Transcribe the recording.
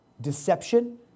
deception